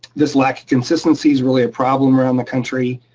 this lack of consistency is really a problem around the country,